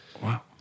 Wow